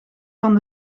van